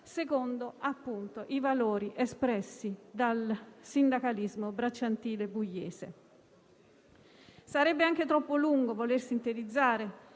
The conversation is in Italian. secondo i valori espressi dal sindacalismo bracciantile pugliese. Sarebbe anche troppo lungo voler sintetizzare